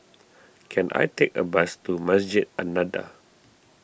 can I take a bus to Masjid An Nahdhah